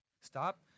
stop